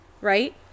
right